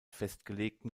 festgelegten